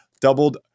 doubled